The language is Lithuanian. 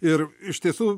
ir iš tiesų